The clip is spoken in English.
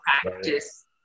practice